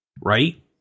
right